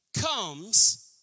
comes